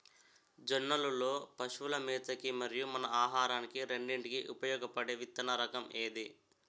జొన్నలు లో పశువుల మేత కి మరియు మన ఆహారానికి రెండింటికి ఉపయోగపడే విత్తన రకం ఏది?